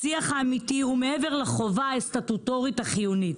שיח אמיתי הוא מעבר לחובה הסטטוטורית החיונית.